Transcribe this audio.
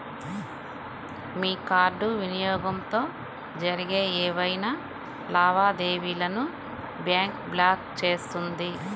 మీ card వినియోగంతో జరిగే ఏవైనా లావాదేవీలను బ్యాంక్ బ్లాక్ చేస్తుంది